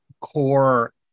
core